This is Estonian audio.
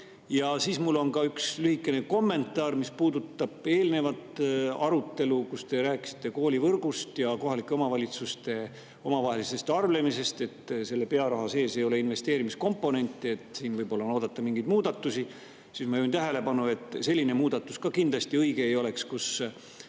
tulla? Mul on ka üks lühikene kommentaar, mis puudutab eelnevat arutelu, kus te rääkisite koolivõrgust ja kohalike omavalitsuste omavahelisest arvlemisest, et selle pearaha sees ei ole investeerimiskomponenti, ja et seal on võib-olla oodata mingeid muudatusi. Ma juhin tähelepanu, et selline muudatus ka kindlasti ei oleks õige,